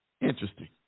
Interesting